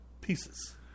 pieces